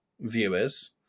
viewers